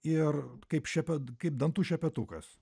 ir kaip šep kaip dantų šepetukas